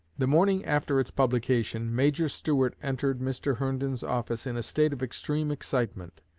the morning after its publication, major stuart entered mr. herndon's office in a state of extreme excitement,